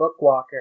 Bookwalker